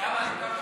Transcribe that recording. התשע"ח 2018,